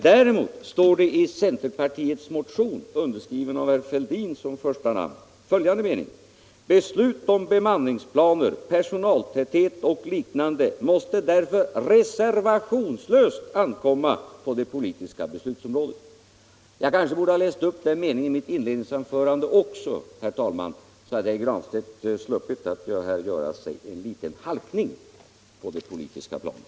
Däremot står i centerpartiets motion 2430, med herr Fälldin som första namn, följande mening: ”Beslut om bemanningsplaner, personaltäthet och liknande måste därför reservationslöst ankomma på det politiska beslutsområdet.” Jag kanske borde ha läst upp den meningen i mitt inled ningsanförande också, herr talman, så hade herr Granstedt sluppit att göra en halkning på det politiska planet.